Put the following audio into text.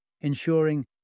ensuring